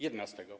Jedenastego?